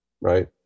right